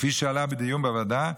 כפי שעלה בדיון בוועדה,